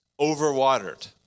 overwatered